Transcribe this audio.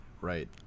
Right